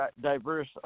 diverse